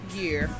year